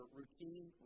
routine